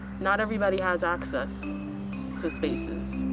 not everybody has access to spaces.